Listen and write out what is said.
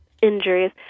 injuries